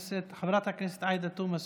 חברת הכנסת עאידה תומא סלימאן,